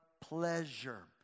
pleasure